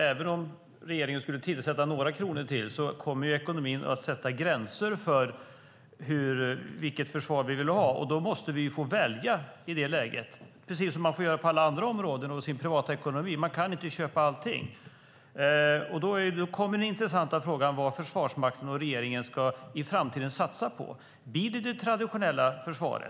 Även om regeringen tillför några kronor till kommer ekonomin att sätta gränser för vilket försvar vi kan ha. Då måste vi få välja, precis som man får göra på andra områden och i sin privatekonomi. Man kan inte köpa allting. Den intressanta frågan blir då vad regeringen och Försvarsmakten ska satsa på. Blir det traditionellt försvar?